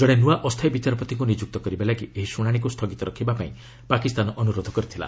ଜଣେ ନୂଆ ଅସ୍ଥାୟୀ ବିଚାରପତିଙ୍କୁ ନିଯୁକ୍ତ କରିବା ଲାଗି ଏହି ଶୁଣାଶିକୁ ସ୍ଥଗିତ ରଖିବାପାଇଁ ପାକିସ୍ତାନ ଅନୁରୋଧ କରିଥିଲା